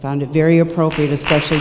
found it very appropriate especially